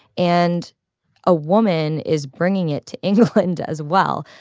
and a woman is bringing it to england as well,